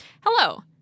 hello